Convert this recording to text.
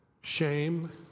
Shame